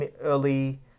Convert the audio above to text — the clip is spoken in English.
early